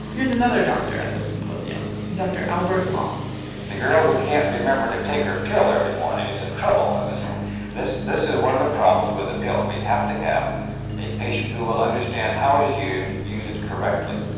here's another doctor at the symposium, dr. albert long the girl who can't remember to take a pill every morning is in trouble and so this is this is one of the problems with the pill. we have to have a patient who will understand how it is used use it correctly.